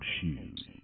shoes